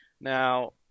Now